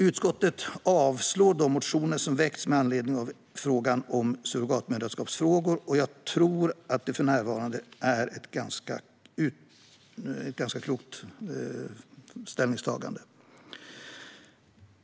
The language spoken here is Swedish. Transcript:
Utskottet avslår de motioner som väckts med anledning av frågan om surrogatmoderskap, och jag tror att detta för närvarande är ett ganska klokt ställningstagande.